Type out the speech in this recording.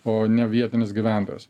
o ne vietinis gyventojas